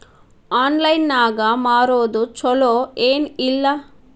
Online ನಾಗ್ ಮಾರೋದು ಛಲೋ ಏನ್ ಇಲ್ಲ?